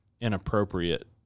inappropriate